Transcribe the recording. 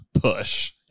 push